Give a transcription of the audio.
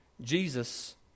Jesus